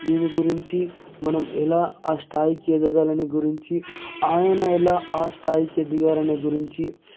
దీని గురించి మనం ఎలా ఆ స్థాయికి ఎదగాలని గురించి ఆయన ఎలా ఆ స్థాయికి ఎదిగారు అనే గురించి